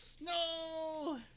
no